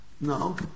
No